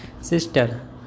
sister